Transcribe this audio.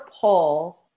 pull